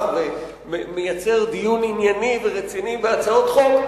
ומייצר דיון ענייני ורציני בהצעות חוק,